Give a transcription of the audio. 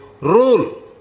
rule